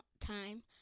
time